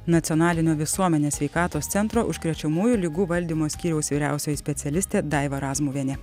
nacionalinio visuomenės sveikatos centro užkrečiamųjų ligų valdymo skyriaus vyriausioji specialistė daiva razmuvienė